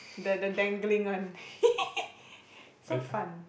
the the the dangling one so fun